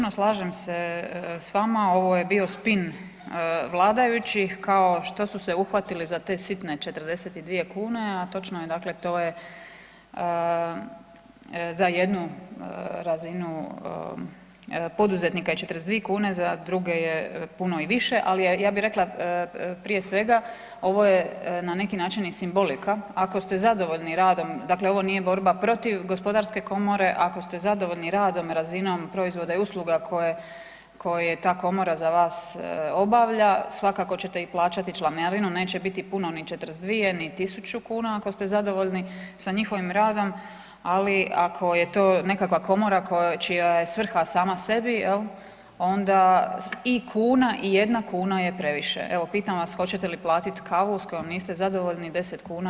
Točno, slažem se s vama, ovo je bio spin vladajućih, kao što su se uhvatili za te sitne 42 kune, a točno je, dakle to je za jednu razinu poduzetnika je 42 kune, za druge je puno i više, ali je, ja bi rekla prije svega, ovo je na neki način i simbolika, ako ste zadovoljni radom, dakle ovo nije borba protiv Gospodarske komore, ako ste zadovoljni radom i razinom proizvoda i usluga koje ta Komora za vas obavlja, svakako ćete i plaćati članarinu, neće biti puno ni 42 ni 1000 kuna ako ste zadovoljni sa njihovim radom, ali ako je to nekakva komora čija je svrha sama sebi, onda i kuna i jedna kuna je previše, eto, pitam vas, hoćete li platiti kavu s kojom niste zadovoljni 10 kuna?